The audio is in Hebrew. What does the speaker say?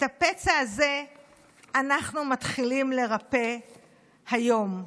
את הפצע הזה אנחנו מתחילים לרפא היום.